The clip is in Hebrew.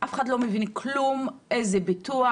אף אחד לא מבין כלום איזה ביטוח,